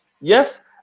yes